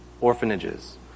orphanages